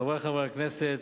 חברי חברי הכנסת,